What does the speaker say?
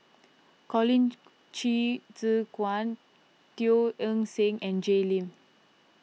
Colin Qi Zhe Quan Teo Eng Seng and Jay Lim